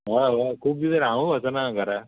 हय हय खूब दीस जाले हांवूय वचना घरा